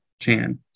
Chan